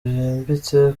byimbitse